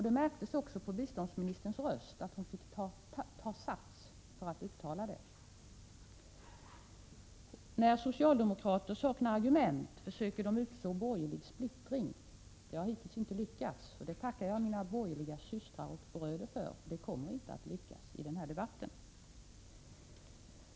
Det märktes också på biståndsministerns röst, att hon fick ta sats för att uttala detta. När socialdemokrater saknar argument, försöker de utså borgerlig splittring. Det har hittills inte lyckats. Det tackar jag mina borgerliga systrar och bröder för. Det kommer inte att lyckas i denna debatt.